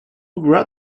wrote